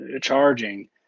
charging